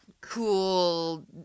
cool